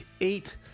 eight